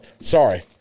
Sorry